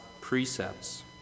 precepts